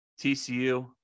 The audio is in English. TCU